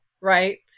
right